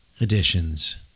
editions